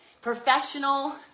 professional